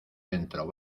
dentro